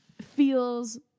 feels